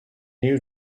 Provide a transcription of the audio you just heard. new